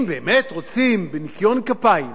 אם באמת רוצים, בניקיון כפיים,